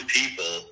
people